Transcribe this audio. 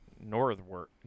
Northward